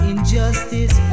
Injustice